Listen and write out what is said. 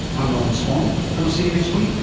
i'm norman swan and i'll see you next week